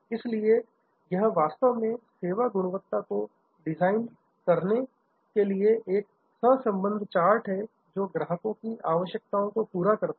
इसलिए यह वास्तव में सेवा गुणवत्ता को डिजाइन करने के लिए एक सहसंबंध चार्ट है जो ग्राहकों की आवश्यकताओं को पूरा करता है